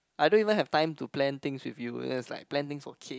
I don't even have time to plan things with you and then is like plan thing for kid